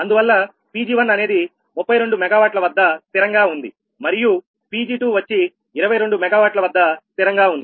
అందువల్ల 𝑃𝑔1 అనేది 32 𝑀Wవద్ద స్థిరంగా ఉంది మరియు 𝑃𝑔2 వచ్చి 22 𝑀W వద్ద స్థిరంగా ఉంది